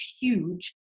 huge